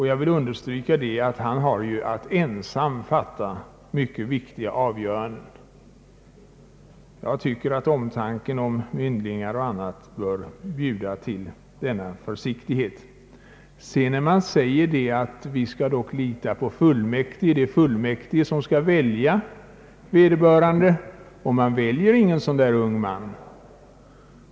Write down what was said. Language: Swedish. Jag vill understryka att överförmyndaren har att ensam fatta mycket viktiga avgöranden. Jag tycker att omtanken om myndlingar och andra bör bjuda till denna försiktighet. Man säger att man skall lita på fullmäktige. Det är fullmäktige som skall välja vederbörande, och man väljer ingen sådan där ung man.